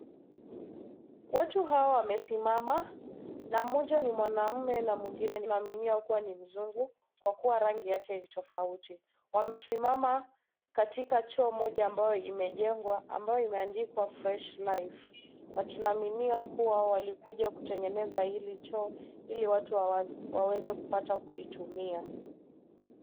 Watu hao wamesimama na mmoja ni mwanaume na mwingine tunaaminia kuwa ni mzungu kwa kuwa rangi yake ni tofauti. Wamesimama katika Choo moja ambao imejengwa ambao imeandikwa " Fresh life na tunaaminia kuwa walikuja kutengeneza hili choo Ili watu wapate Kuitumia.